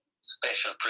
special